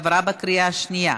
עברה בקריאה השנייה.